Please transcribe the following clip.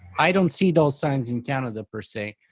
i don't see those signs in canada per say.